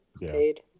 paid